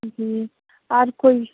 जी और कोई